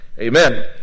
Amen